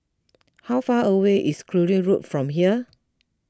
how far away is Cluny Road from here